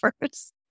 first